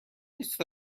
نیست